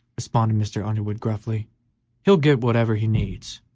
responded mr. underwood, gruffly he'll get whatever he needs,